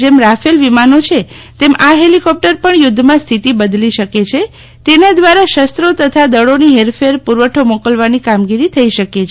જેમ રાફેલ વિમાનો છે તેમ આ હેલિકોપ્ટર પણ યુધ્ધમાં સ્થિતિ બદલી શકે છે તેના દ્વારા શસ્ત્રો તથા દળોની હેરફેર પુરવઠો મોકલવાની કામગીરી થઈ શકે છે